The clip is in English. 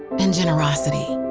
and generosity.